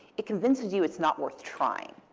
it convinces you it's not worth trying.